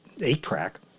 eight-track